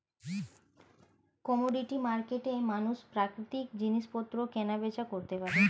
commodity মার্কেটে মানুষ প্রাকৃতিক জিনিসপত্র কেনা বেচা করতে পারে